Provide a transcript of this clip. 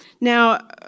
Now